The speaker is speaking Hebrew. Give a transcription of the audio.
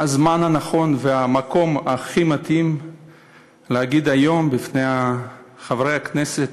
הזמן הנכון והמקום הכי מתאים להגיד היום בפני חברי הכנסת: